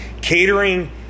catering